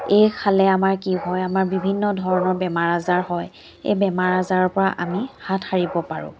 এই খালে আমাৰ কি হয় আমাৰ বিভিন্ন ধৰণৰ বেমাৰ আজাৰ হয় এই বেমাৰ আজাৰৰ পৰা আমি হাত সাৰিব পাৰোঁ